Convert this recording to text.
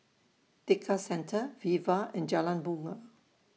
Tekka Centre Viva and Jalan Bungar